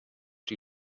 die